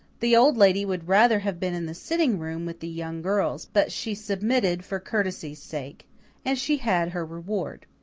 the old lady would rather have been in the sitting-room with the young girls, but she submitted for courtesy's sake and she had her reward.